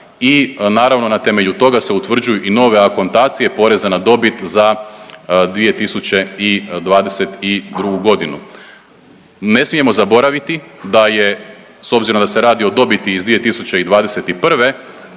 i naravno na temelju toga se utvrđuju i nove akontacije poreza na dobit za 2022. godinu. Ne smijemo zaboraviti da je s obzirom da se radi o dobiti iz 2021. ta